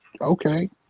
Okay